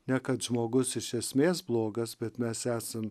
ne kad žmogus iš esmės blogas bet mes esam